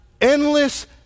endless